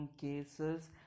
cases